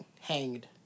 Hanged